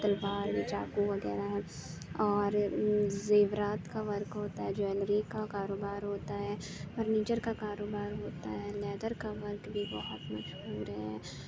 تلوار بھی چاقو وغیرہ ہے اور زیورات کا ورک ہوتا ہے جویلری کا کاروبار ہوتا ہے فرنیچر کا کاروبار ہوتا ہے لیدر کا ورک بھی بہت مشہور ہے